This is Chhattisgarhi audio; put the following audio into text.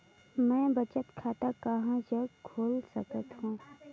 मैं बचत खाता कहां जग खोल सकत हों?